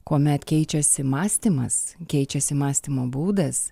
kuomet keičiasi mąstymas keičiasi mąstymo būdas